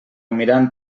mirant